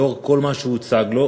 לאור כל מה שהוצג לו,